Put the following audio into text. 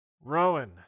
Rowan